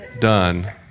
done